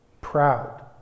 proud